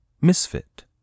misfit